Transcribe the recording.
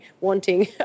wanting